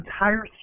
entire